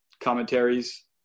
commentaries